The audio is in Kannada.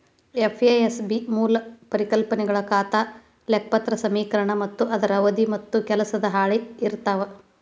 ಎಫ್.ಎ.ಎಸ್.ಬಿ ಮೂಲ ಪರಿಕಲ್ಪನೆಗಳ ಖಾತಾ ಲೆಕ್ಪತ್ರ ಸಮೇಕರಣ ಮತ್ತ ಅದರ ಅವಧಿ ಮತ್ತ ಕೆಲಸದ ಹಾಳಿ ಇರ್ತಾವ